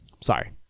Sorry